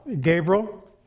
Gabriel